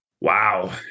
Wow